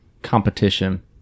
Competition